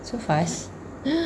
so fast